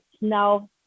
now